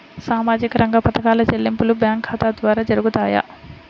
సామాజిక రంగ పథకాల చెల్లింపులు బ్యాంకు ఖాతా ద్వార జరుగుతాయా?